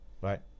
Right